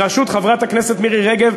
בראשות חברת הכנסת מירי רגב.